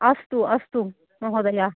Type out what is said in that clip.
अस्तु अस्तु महोदय